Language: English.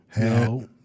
No